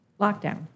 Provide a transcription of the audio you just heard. lockdown